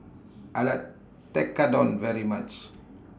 I like Tekkadon very much